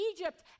Egypt